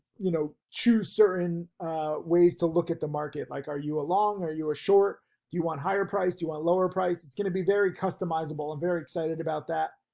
you know, choose certain ways to look at the market. like, are you a long, are you a short, do you want higher price, do you want lower price, it's gonna be very customized but i'm very excited about that.